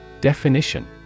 Definition